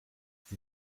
sie